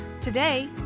Today